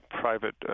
private